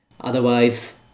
Otherwise